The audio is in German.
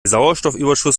sauerstoffüberschuss